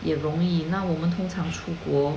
也容易那我们通常出国